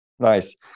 Nice